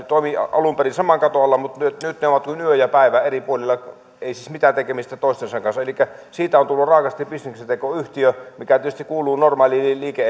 toimivat alun perin saman katon alla mutta nyt nyt ne ovat kuin yö ja päivä eri puolilla ei siis mitään tekemistä toisensa kanssa elikkä siitä on tullut raaasti bisneksentekoyhtiö mikä tietysti kuuluu normaaliin liike